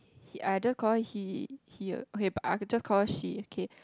he !aiya! just call her he he okay I just call her she okay